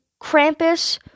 Krampus